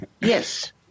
Yes